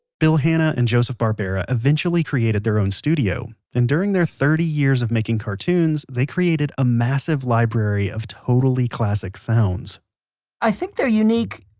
bill hanna and joseph barbara eventually created their own studio. and during their thirty years of making cartoons they created a massive library of totally classic sounds i think they're unique,